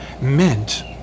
meant